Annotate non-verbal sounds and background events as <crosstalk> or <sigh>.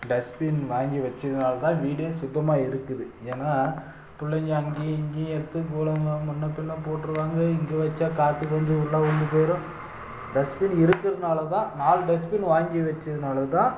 dustbin வாங்கி வெச்சதுனால தான் வீடே சுத்தமாக இருக்குது ஏன்னா <unintelligible> பிள்ளைங்க அங்கேயும் இங்கேயும் எடுத்து போடுவாங்க முன்னே பின்னே போட்டுருவாங்க இங்கே வெச்சா காற்று வந்து உள்ளே விழுந்து போய்டும் டஸ்ப்பின் இருக்கிறதுனால தான் நாலு டஸ்ப்பின் வாங்கி வெச்சதுனால தான்